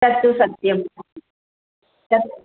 तत्तु सत्यं सत्